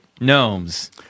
Gnomes